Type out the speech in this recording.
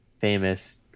famous